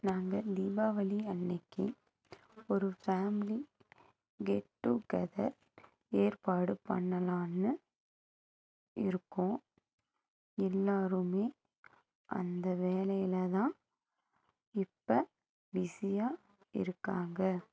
நாங்கள் தீபாவளி அன்றைக்கு ஒரு ஃபேமிலி கெட் டு கெதர் ஏற்பாடு பண்ணலாம்னு இருக்கோம் எல்லோருமே அந்த வேலையில் தான் இப்போ பிஸியாக இருக்காங்க